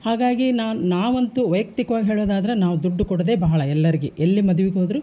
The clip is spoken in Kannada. ಹಾಗಾಗಿ ನಾನು ನಾವಂತೂ ವೈಯಕ್ತಿಕವಾಗಿ ಹೇಳೋದಾದರೆ ನಾವು ದುಡ್ಡು ಕೊಡೋದೇ ಬಹಳ ಎಲ್ಲರ್ಗೆ ಎಲ್ಲಿ ಮದ್ವಿಗೆ ಹೋದರೂ